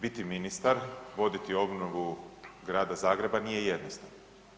Biti ministar, voditi obnovu Grada Zagreba nije jednostavno.